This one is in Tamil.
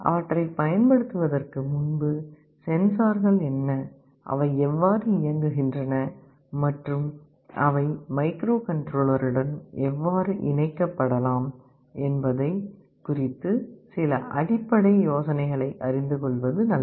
அவற்றைப் பயன்படுத்துவதற்கு முன்பு சென்சார்கள் என்ன அவை எவ்வாறு இயங்குகின்றன மற்றும் அவை மைக்ரோகண்ட்ரோலருடன் எவ்வாறு இணைக்கப்படலாம் என்பது குறித்த சில அடிப்படை யோசனைகளை அறிந்து கொள்வது நல்லது